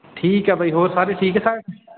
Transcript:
ਠੀਕ ਹੈ ਬਾਈ ਹੋਰ ਸਾਰੇ ਠੀਕ ਠਾਕ